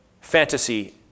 fantasy